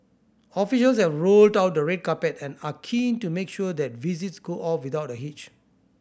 officials have rolled out the red carpet and are keen to make sure that visits go off without a hitch